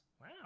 Wow